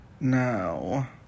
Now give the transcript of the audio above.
Now